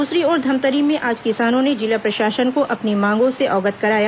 दूसरी ओर धमतरी में भी आज किसानों ने जिला प्रशासन को अपनी मांगों से अवगत कराया